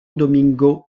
domingo